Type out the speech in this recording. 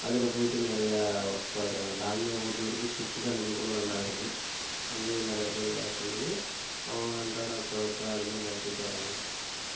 அதில் போய்ட்டு நிறையா ஒர்க் பார்க்குறாங்க டால்மியாவைப் பொருத்தவரைக்கும் ஷிப்ட் கணக்கில் கூட ரன் ஆகுது அங்கேயும் நிறையப் பேர் வேலை செஞ்சு அவங்க அன்றாடப் பிழப்பு அதிலே நடத்திகிட்டு வர்றாங்கள்